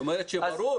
היא גם אומרת שזה ברור